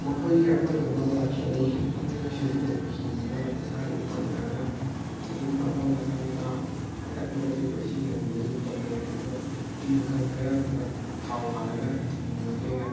ꯃꯈꯣꯏꯁꯦ ꯑꯃꯒ ꯑꯃꯒ ꯈꯦꯠꯅꯩ ꯑꯩꯅ ꯁꯤꯖꯤꯟꯅꯔꯤꯕ ꯍꯤꯁꯤꯅ ꯏꯁꯥꯅ ꯍꯣꯟꯖꯔꯒ ꯑꯗꯨꯝ ꯃꯐꯝ ꯃꯆꯥ ꯃꯆꯥ ꯑꯗꯩ ꯑꯄꯤꯛ ꯑꯄꯤꯛꯄ ꯏꯁꯤꯡ ꯂꯝꯕꯤꯗꯁꯨ ꯑꯗꯨꯝ ꯆꯠꯄ ꯌꯥꯏ ꯑꯗꯨꯒ ꯍꯤ ꯃꯈꯜ ꯈꯔ ꯑꯗꯨꯅ ꯊꯥꯎ ꯍꯥꯜꯂꯒ ꯏꯟꯖꯤꯟꯒꯤ ꯃꯇꯦꯡꯅ